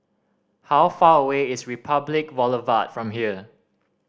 how far away is Republic Boulevard from here